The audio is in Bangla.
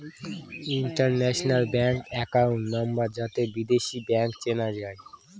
ইন্টারন্যাশনাল ব্যাঙ্ক একাউন্ট নাম্বার যাতে বিদেশী ব্যাঙ্ক চেনা যায়